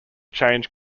change